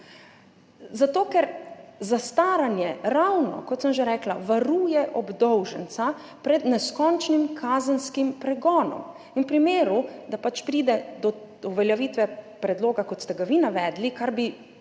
zato ker zastaranje ravno, kot sem že rekla, varuje obdolženca pred neskončnim kazenskim pregonom. V primeru, da pač pride do uveljavitve predloga, kot ste ga vi navedli, bi